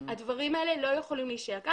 הדברים האלה לא יכולים להישאר כך.